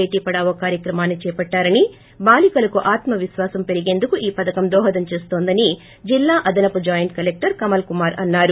bait Padhao కార్యక్రమాన్ని చేపట్టారని బాలకలకు ఆత్మ విశ్వాసం పెరిగేందుకు ఈ పథకం దోహదం చేస్తోందని జిల్లా అదనపు జొయింట్ కలెక్లర్ కమల కుమార్ అన్నారు